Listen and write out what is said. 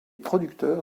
producteur